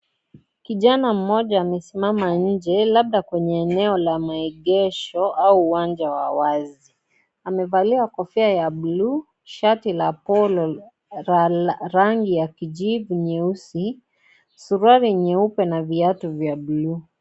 Kijana mmoja amesimama nje, labda kwenye eneo la maegesho au uwanja wa wazi. Amevalia kofia ya buluu, shati la polo ya rangi ya kijivu nyeusi, suruali nyeupe na viatu vya buluu.